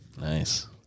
Nice